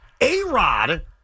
A-Rod